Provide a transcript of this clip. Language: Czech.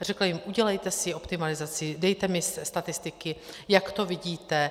Řekla jim, udělejte si optimalizaci, dejte mi statistiky, jak to vidíte.